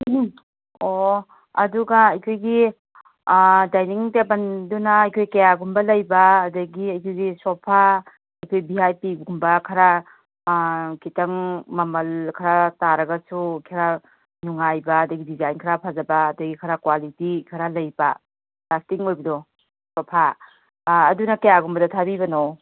ꯑꯣ ꯑꯗꯨꯒ ꯑꯩꯈꯣꯏꯒꯤ ꯗꯥꯏꯅꯤꯡ ꯇꯦꯕꯜꯗꯨꯅ ꯑꯩꯈꯣꯏ ꯀꯌꯥꯒꯨꯝꯕ ꯂꯩꯕ ꯑꯗꯒꯤ ꯑꯗꯨꯗꯤ ꯁꯣꯐꯥ ꯑꯩꯈꯣꯏ ꯚꯤ ꯑꯥꯏ ꯄꯤꯒꯨꯝꯕ ꯈꯔ ꯈꯤꯇꯪ ꯃꯃꯜ ꯈꯔ ꯇꯥꯔꯒꯁꯨ ꯈꯔ ꯅꯨꯡꯉꯥꯏꯕ ꯑꯗꯒꯤ ꯗꯤꯖꯥꯏꯟ ꯈꯔ ꯐꯖꯕ ꯑꯗꯒꯤ ꯈꯔ ꯀ꯭ꯋꯥꯂꯤꯇꯤ ꯈꯔ ꯂꯩꯕ ꯂꯥꯁꯇꯤꯡ ꯑꯣꯏꯕꯗꯣ ꯁꯣꯐꯥ ꯑꯥ ꯑꯗꯨꯅ ꯀꯌꯥꯒꯨꯝꯕꯗ ꯊꯥꯕꯤꯕꯅꯣ